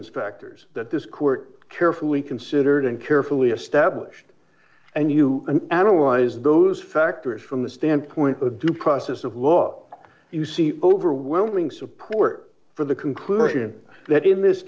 factors that this court carefully considered and carefully a stab and you analyze those factors from the standpoint of due process of law you see overwhelming support for the conclusion that in this